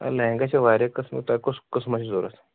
لہنگاہ چھِ واریاہ قٔسٕمہٕ تۄہہِ کُس قٔسٕمہ چھِ ضرورَت